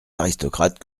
aristocrates